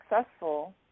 successful